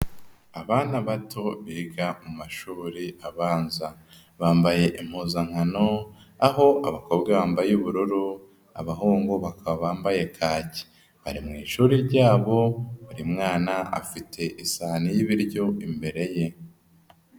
Abana bato, biga mu mashuri abanza. Bambaye impuzankano, aho abakobwa bambaye ubururu, abahungu bakaba bambaye kake. Bari mu ishuri ryabo, buri mwana afite isahane y'ibiryo imbere ye.